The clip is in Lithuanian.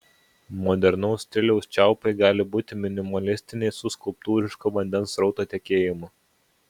modernaus stiliaus čiaupai gali būti minimalistiniai su skulptūrišku vandens srauto tekėjimu